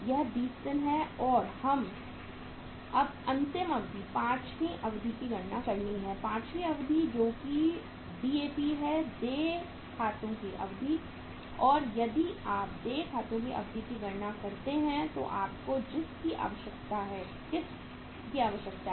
यह 20 दिन है और अब हमें अंतिम अवधि 5 वीं अवधि की गणना करनी है 5 वीं अवधि जो DAP है देय खातों की अवधि और यदि आप देय खातों की अवधि की गणना करते हैं तो आपको किस की आवश्यकता होती है